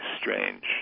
strange